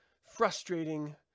frustrating